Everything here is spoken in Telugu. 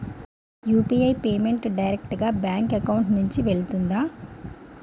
యు.పి.ఐ పేమెంట్ డైరెక్ట్ గా బ్యాంక్ అకౌంట్ నుంచి వెళ్తుందా?